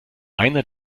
einer